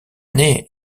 année